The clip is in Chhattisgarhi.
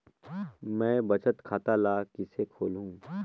मैं बचत खाता ल किसे खोलूं?